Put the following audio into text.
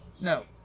No